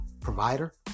provider